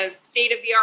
state-of-the-art